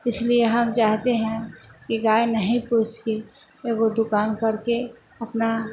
इसलिए हम चाहते हैं कि गाय नहीं पूछती ए गो दुकान करके अपना